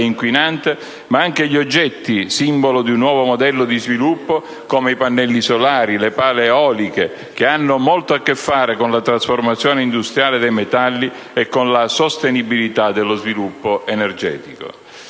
inquinante ma anche gli oggetti simbolo di un nuovo modello di sviluppo, come i pannelli solari, le pale eoliche, che hanno molto a che fare con la trasformazione industriale dei metalli e con la sostenibilità dello sviluppo energetico.